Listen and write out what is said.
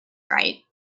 right